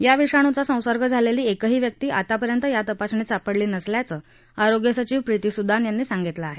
या विषाणूचा संसर्ग झालेली एकही व्यक्ती आतापर्यंत या तपासणीत सापंडली नसल्याचं आरोग्य सचिव प्रीती सुदान यांनी सांगितलं आहे